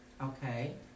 Okay